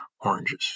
oranges